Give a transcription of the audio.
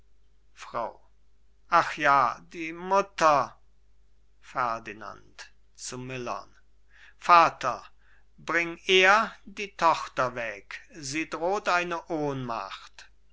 frau ach ja die mutter ferdinand zu millern vater bring er die tochter weg sie droht eine ohnmacht